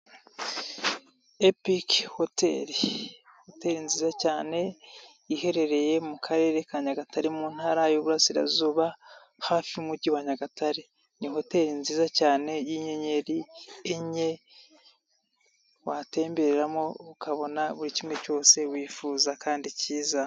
Epiki hoteli, hoteli nziza cyane iherereye mu karere ka Nyagatare mu ntara y'iburarasirazuba hafi y'umujyi wa Nyagatare, ni hoteli nziza cyane y'inyenyeri enye watembereramo ukabona buri kimwe cyose wifuza kandi cyiza.